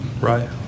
right